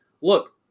look